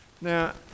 Now